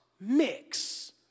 mix